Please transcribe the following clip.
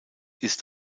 ist